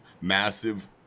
massive